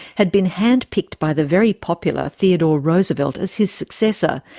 had been hand-picked by the very popular theodore roosevelt as his successor,